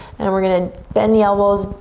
and we're gonna bend the elbows,